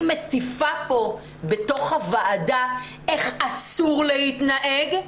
היא מטיפה כאן בתוך הוועדה איך אסור להתנהג,